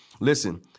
Listen